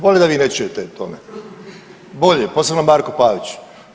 Bolje da vi ne čujete o tome, bolje, posebno Marko Pavić.